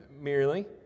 merely